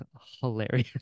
hilarious